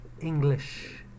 English